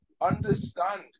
Understand